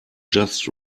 just